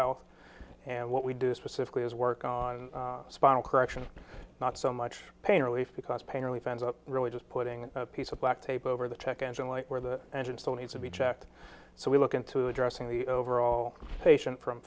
how and what we do specifically is work on spinal correction not so much pain relief because pain relief ends up really just putting a piece of black tape over the check engine light where the engine still needs to be checked so we look into addressing the overall patient